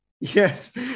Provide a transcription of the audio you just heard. Yes